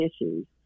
issues